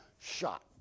shot